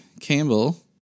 Campbell